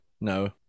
No